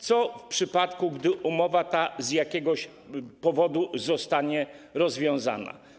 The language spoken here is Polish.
Co w przypadku, gdy umowa ta z jakiegoś powodu zostanie rozwiązana?